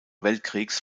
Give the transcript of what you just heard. weltkriegs